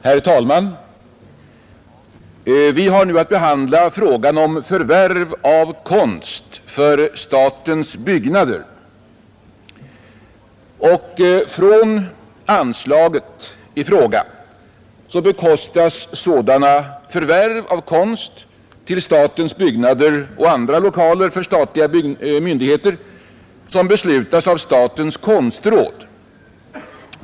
Herr talman! Vi har nu att behandla frågan om förvärv av konst för statens byggnader. Från anslaget i fråga bekostas sådana förvärv av konst till statens byggnader och andra lokaler för statliga myndigheter som beslutas av statens konstråd.